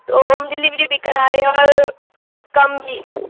تو home delivery بھی کرا رہے ہیں اور کم بھی